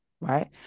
right